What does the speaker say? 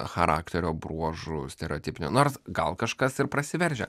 charakterio bruožų stereotipinių nors gal kažkas ir prasiveržia